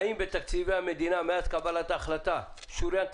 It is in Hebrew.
האם בתקציבי המדינה מאז קבלת ההחלטה שהורתה על